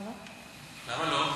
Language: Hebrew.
למה לא?